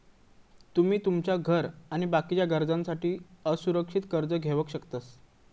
तुमी तुमच्या घर आणि बाकीच्या गरजांसाठी असुरक्षित कर्ज घेवक शकतास